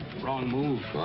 wrong move.